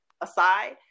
aside